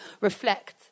reflect